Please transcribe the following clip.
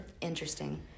Interesting